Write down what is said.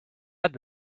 add